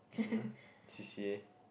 enough C_C_A